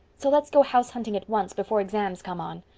so let's go house-hunting at once, before exams come on.